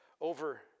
over